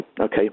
Okay